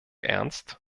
ernst